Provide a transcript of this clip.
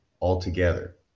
altogether